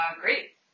great